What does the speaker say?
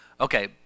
Okay